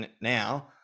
now